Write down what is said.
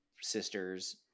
sisters